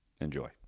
Enjoy